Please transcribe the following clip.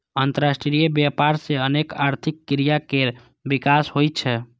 अंतरराष्ट्रीय व्यापार सं अनेक आर्थिक क्रिया केर विकास होइ छै